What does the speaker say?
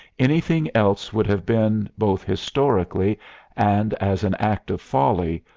anything else would have been, both historically and as an act of folly,